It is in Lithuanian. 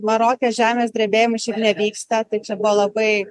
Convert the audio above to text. maroke žemės drebėjimai šiaip nevyksta tai čia buvo labai